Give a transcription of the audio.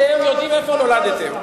אתם יודעים איפה נולדתם.